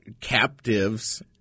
captives